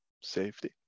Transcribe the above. safety